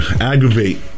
aggravate